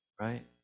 right